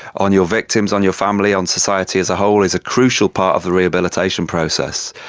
on your victims, on your family, on society as a whole is a crucial part of the rehabilitation process,